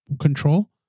control